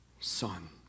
son